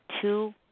two